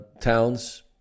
Towns